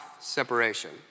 separation